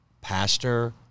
pastor